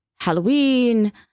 halloween